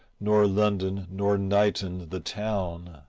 nor london nor knighton the town